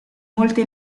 molte